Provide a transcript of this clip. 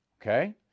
Okay